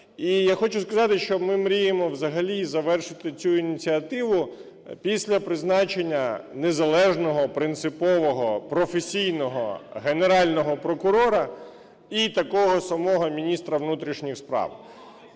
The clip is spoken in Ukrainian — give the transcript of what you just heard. І я хочу сказати, що ми мріємо взагалі завершити цю ініціативу після призначення незалежного принципового професійного Генерального прокурора і такого самого міністра внутрішніх справ.